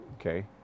Okay